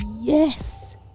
Yes